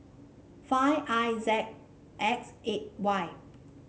five I Z X eight Y